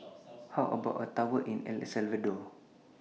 How about A Tour in El Salvador